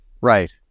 Right